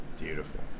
Beautiful